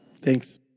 Thanks